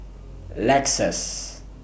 Lexus